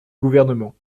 gouvernement